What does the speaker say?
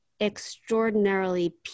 extraordinarily